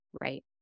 right